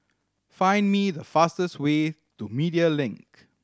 find me the fastest way to Media Link